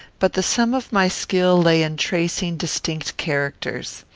but the sum of my skill lay in tracing distinct characters.